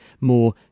more